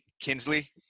Kinsley